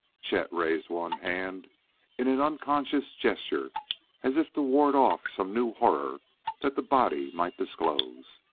chet raised one hand in an unconscious gesture as if to ward off some new horror that the body might disclose.